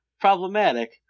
problematic